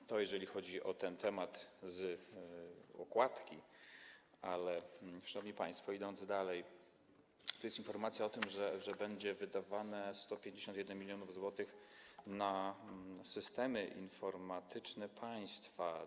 To tyle, jeżeli chodzi o temat z okładki, ale szanowni państwo, idąc dalej, jest informacja o tym, że będzie wydawane 151 mln zł na systemy informatyczne państwa.